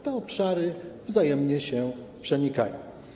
Te obszary wzajemnie się przenikają.